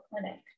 Clinic